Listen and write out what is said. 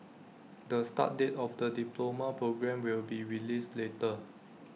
the start date of the diploma programme will be released later